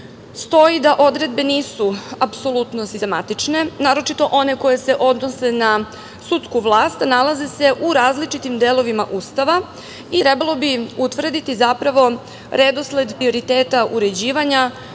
stoji da odredbe nisu apsolutno sistematične, naročito one koje se odnose na sudsku vlast. Nalaze se u različitim delovima Ustava i trebalo utvrditi, zapravo, redosled prioriteta uređivanja.